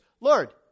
Lord